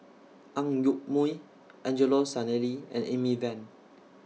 Ang Yoke Mooi Angelo Sanelli and Amy Van